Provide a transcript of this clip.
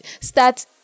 start